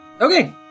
Okay